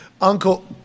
Uncle